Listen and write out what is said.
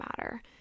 matter